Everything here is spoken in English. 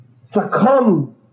succumb